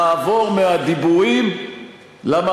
יש לך, לעבור מהדיבורים למעשים.